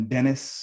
Dennis